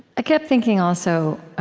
i kept thinking, also,